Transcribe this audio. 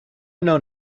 known